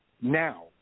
now